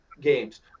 games